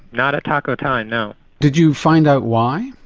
not at taco time no. did you find out why?